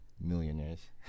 millionaires